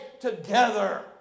together